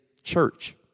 church